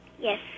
Yes